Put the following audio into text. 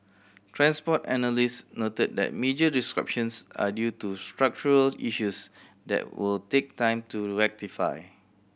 transport analyst noted that major disruptions are due to structural issues that will take time to rectify